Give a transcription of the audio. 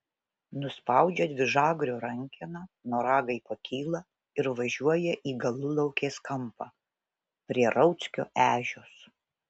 nuspaudžia dvižagrio rankeną noragai pakyla ir važiuoja į galulaukės kampą prie rauckio ežios